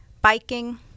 biking